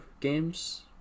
games